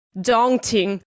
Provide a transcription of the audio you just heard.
daunting